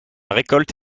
récolte